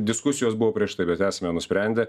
diskusijos buvo prieš tai mes esame nusprendę